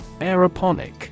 Aeroponic